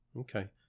Okay